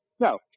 No